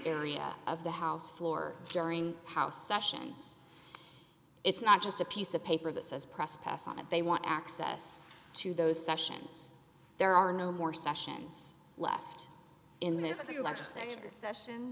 area of the house floor during house sessions it's not just a piece of paper that says press pass on it they want access to those sessions there are no more sessions left in th